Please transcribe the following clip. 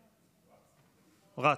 רץ.